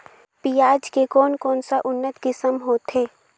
पियाज के कोन कोन सा उन्नत किसम होथे?